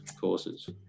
courses